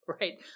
right